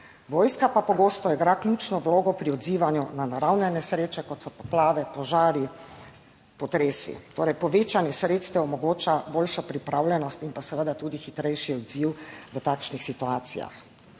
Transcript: vojska pa pogosto igra ključno vlogo pri odzivanju na naravne nesreče kot so poplave, požari, potresi Torej povečanje sredstev omogoča boljšo pripravljenost in pa seveda tudi hitrejši odziv v takšnih situacijah,